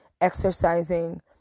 exercising